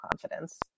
confidence